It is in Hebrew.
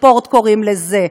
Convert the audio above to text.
הספורט קוראים לזה,